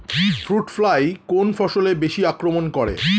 Fruit fly কোন ফসলে বেশি আক্রমন করে?